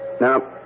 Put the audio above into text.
Now